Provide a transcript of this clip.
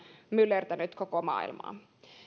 myllertänyt koko maailmaa